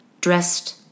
dressed